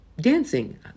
dancing